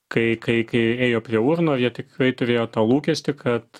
kai kai kai ėjo prie urnų ar jie tikrai turėjo tą lūkestį kad